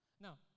now